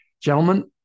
Gentlemen